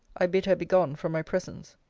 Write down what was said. i bid her begone from my presence.